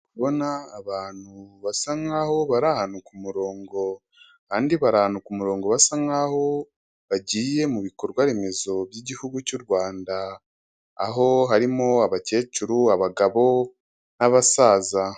Ndikubona abantu basa nkaho bari ahantu ku murongo andi bantu ku murongo basa nkaho bagiye mu bikorwa remezo by'igihugu cy,u Rwanda aho harimo abakecuru abagabo n'abasaza.